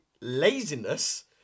laziness